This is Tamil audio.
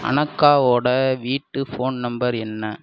அனகாவோடய வீட்டு ஃபோன் நம்பர் என்ன